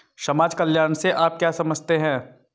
समाज कल्याण से आप क्या समझते हैं?